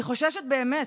אני חוששת באמת.